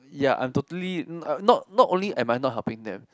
ya I'm totally not not only am I not helping them